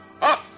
up